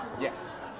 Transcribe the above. Yes